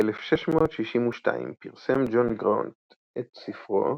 ב-1662 פרסם ג'ון גראונט את ספרו